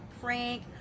prank